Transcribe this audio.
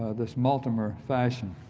ah this multimerfashion.